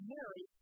Mary